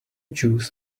juice